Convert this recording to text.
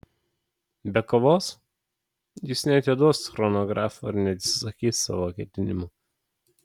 be kovos jis neatiduos chronografo ir neatsisakys savo ketinimų